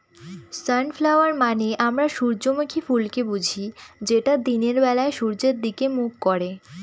sunflower মানে আমরা সূর্যমুখী ফুলকে বুঝি যেটা দিনের বেলা সূর্যের দিকে মুখ করে